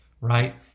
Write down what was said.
right